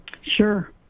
Sure